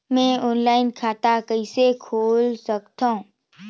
मैं ऑनलाइन खाता कइसे खोल सकथव?